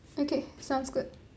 okay sounds good